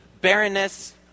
barrenness